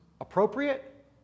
appropriate